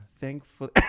Thankfully